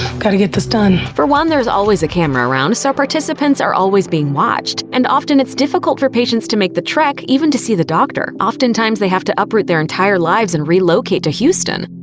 gotta get this done. for one, there's always a camera around, so participants are always being watched. and often, it's difficult for patients to make the trek even to see the doctor. often times they have to uproot their entire lives and relocate to houston.